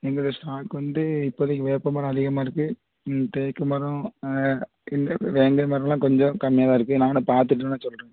எங்கள் ஸ்டாக் வந்து இப்போதைக்கு வேப்ப மரம் அதிகமாக இருக்குது ம் தேக்கு மரம் இந்த வேங்கை மரமெலாம் கொஞ்சம் கம்மியாக தான் இருக்குது நாங்கள் வேணால் பார்த்துட்டு வேணால் சொல்கிறோம்